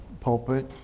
pulpit